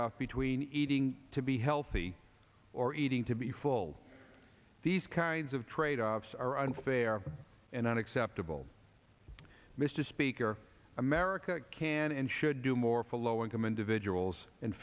off between eating to be healthy or eating to be full these kinds of tradeoffs are unfair and unacceptable mr speaker america can and should do more for low income individuals and